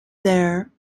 there